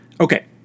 Okay